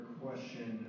question